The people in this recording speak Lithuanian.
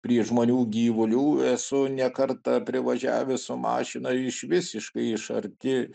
prie žmonių gyvulių esu ne kartą privažiavęs su mašina iš visiškai iš arti